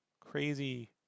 crazy